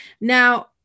Now